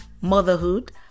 motherhood